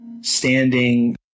standing